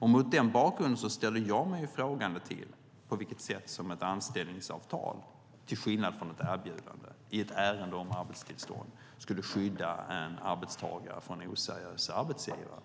om. Mot denna bakgrund ställer jag mig frågande till på vilket sätt ett anställningsavtal till skillnad från ett erbjudande i ett ärende om arbetstillstånd skulle skydda arbetstagare från oseriösa arbetsgivare.